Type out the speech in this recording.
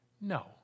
No